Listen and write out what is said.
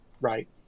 Right